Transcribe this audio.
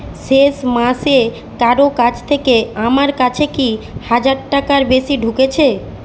শেষ মাসে কারও কাছ থেকে আমার কাছে কি হাজার টাকার বেশি ঢুকেছে